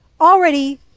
already